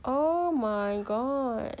oh my god